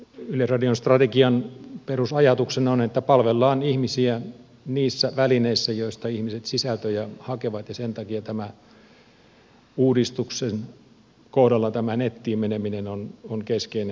yleisradion strategian perusajatuksena on että palvellaan ihmisiä niissä välineissä joista ihmiset sisältöjä hakevat ja sen takia uudistuksen kohdalla tämä nettiin meneminen on keskeinen asia